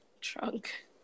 trunk